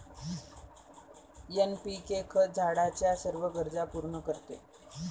NPK खत झाडाच्या सर्व गरजा पूर्ण करते